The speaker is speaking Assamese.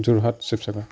যোৰহাট শিৱসাগৰ